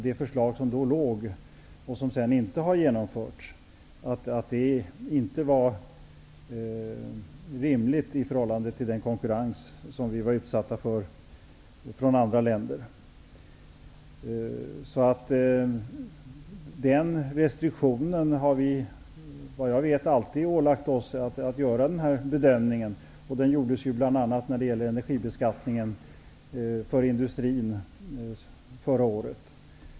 Det förslag som då var aktuellt, men som sedan inte genomfördes, var inte rimligt i förhållande till konkurrensen från andra länder. Såvitt jag vet har vi alltid ålagt oss den restriktionen att göra den här bedömningen, vilken bl.a. gjordes när det gällde energibeskattningen för industrin förra året.